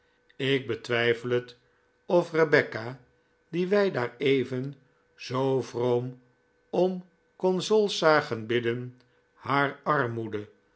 ik betwijfel het of rebecca die wij daareven zoo vroom om consols zagen bidden haar armoede